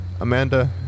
Amanda